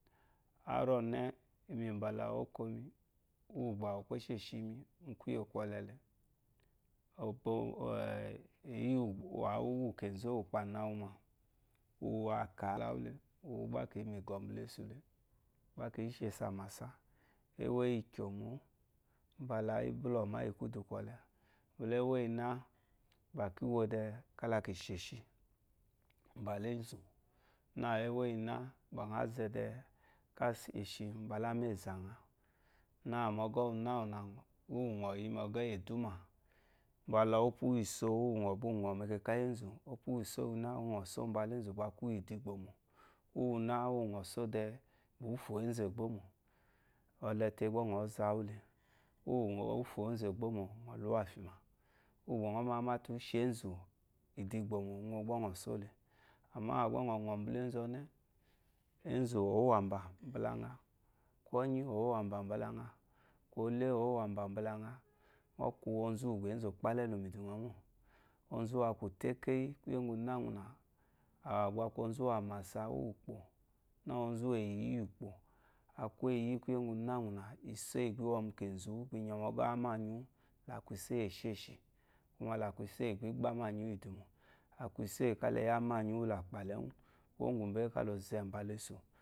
Ari one imi mbala okomi ubaukposhi mu kuye kolele, awu uwu keze ukpo anawu ma uwu aka la wule uwu gba kiyi migo bala esule gba kisheshu amasa ewo iyi gyomo gbala iyi buloma iyi kudu kɔle mbala ewoyena bakiwode ka lesheshi balezu na ewo iyina nyɔ ze de ka soshi mbala amezha nya na mogu uwu na uwu nyɔyi mogɔ we duma mbala opu wesowu ngɔ bi nyɔ me keka iyi ezu, upuwe so wu na ba nyɔ so mbale zu gba ku we du igbomole owuna gbanyɔsu due gba ufo ezu egbi mo olete gba nyɔ zawule uwu nyɔ fo ezu egbomo luwa fima uwu ba nyɔ mamate ushe ezu idigbomo umo uwu gba nyɔ tole ama nyɔ nyɔ mbale ezu one ezu idigbomo umo uwu gba nyɔ tole ama nyŋ nyɔ bal ezu one ezu owa babala nya, konyi owa babala nya, konyi owa babala ngha koyile owa ba ezu okpalele mi du nyɔ mo. uzu akute keyi ku yeyɔ na ngɔna ababa aku ozu wamasa ukpo na ozuwu yiyi ukpo akweyiye kunye ngɔ nawu iso iyi wo mukezewu me ke ka gi amanyiwu akuzo eyeshe shi komala ku isoyeko igbole manyiwu isomo la kuso iyi ko leye ananyi wu la kpa le enyɔ wu leye ananyi wu la kpa le enyɔ wu le shi su idu iyimo